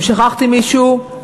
אם שכחתי מישהו,